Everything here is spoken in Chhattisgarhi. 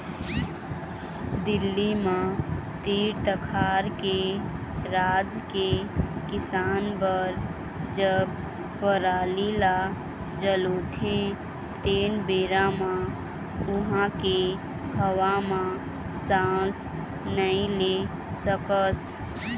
दिल्ली म तीर तखार के राज के किसान बर जब पराली ल जलोथे तेन बेरा म उहां के हवा म सांस नइ ले सकस